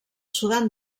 sudan